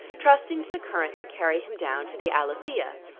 trusting to the current to carry him down to the alethea.